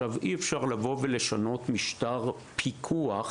אי אפשר לבוא ולשנות משטר פיקוח